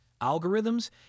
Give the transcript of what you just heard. algorithms